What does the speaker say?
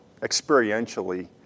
experientially